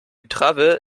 trave